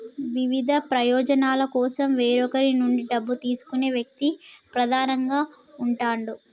వివిధ ప్రయోజనాల కోసం వేరొకరి నుండి డబ్బు తీసుకునే వ్యక్తి ప్రధానంగా ఉంటాడు